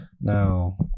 Now